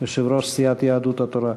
יושב-ראש סיעת יהדות התורה.